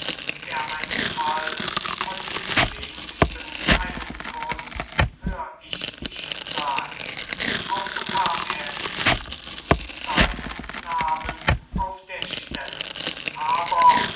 der einfall verdiente wenigstens einen kuß hör ich dich sagen auch bekam er ihn in deinem nahmen auf der stelle aber